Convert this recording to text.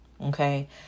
okay